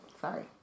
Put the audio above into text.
Sorry